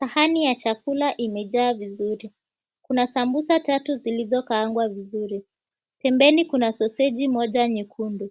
Sahani ya chakula imejaa vizuri. Kuna sambusa tatu zilizokaangwa vizuri. Pembeni kuna soseji moja nyekundu,